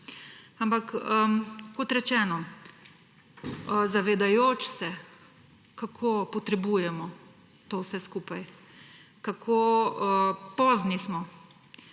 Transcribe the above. Ampak kot rečeno, zavedajoč se, kako potrebujemo to vse skupaj, kako pozni smo.